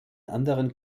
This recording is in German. anderen